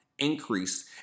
Increased